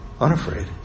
unafraid